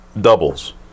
doubles